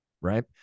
Right